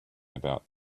about